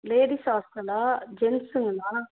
ladies ஹாஸ்ட்டலாம் ஜென்சுங்களா